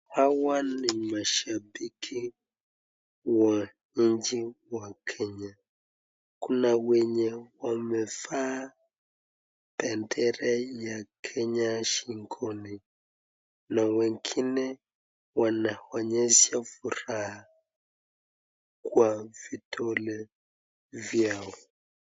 Hawa ni mashabiki wa nchi wa Kenya, kuna wenye wamevaa bendera ya Kenya shingoni, na wengine wanaonyesha furaha kwa vidole vyao.